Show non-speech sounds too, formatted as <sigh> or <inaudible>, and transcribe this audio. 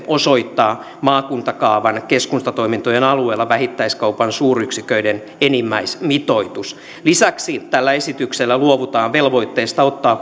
osoittaa maakuntakaavan keskustatoimintojen alueella vähittäiskaupan suuryksiköiden enimmäismitoitus lisäksi tällä esityksellä luovutaan velvoitteesta ottaa <unintelligible>